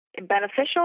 beneficial